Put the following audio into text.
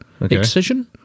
Excision